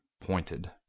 pointed